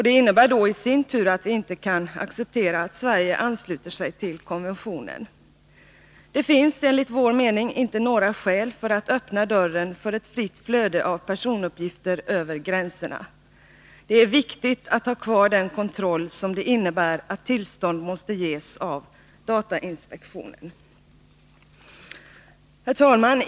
Det innebär i sin tur att vi inte kan acceptera att Sverige ansluter sig till konventionen. Det finns enligt vår mening inte några skäl för att öppna dörren för ett fritt flöde av personuppgifter över gränserna. Det är viktigt att ha kvar den kontroll som det innebär att tillstånd måste ges av datainspektionen. Herr talman!